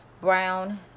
Brown